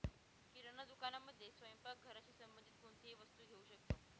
किराणा दुकानामध्ये स्वयंपाक घराशी संबंधित कोणतीही वस्तू घेऊ शकतो